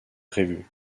prévue